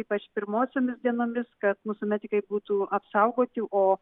ypač pirmosiomis dienomis kad mūsų medikai būtų apsaugoti o